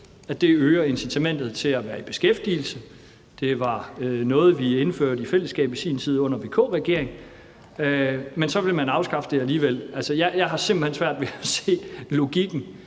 at det øger incitamentet til at være i beskæftigelse. Det var noget, vi indførte i fællesskab i sin tid under VK-regeringen, men så vil man afskaffe det alligevel. Jeg har simpelt hen svært ved at se logikken,